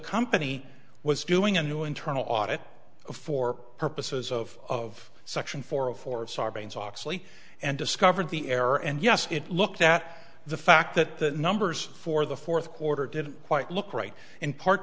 company was doing a new internal audit for purposes of section four of four sarbanes oxley and discovered the error and yes it looked at the fact that the numbers for the fourth quarter didn't quite look right in part